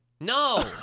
No